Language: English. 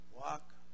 Walk